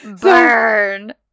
burn